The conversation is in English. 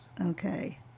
Okay